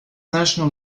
national